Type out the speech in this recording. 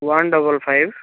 one double five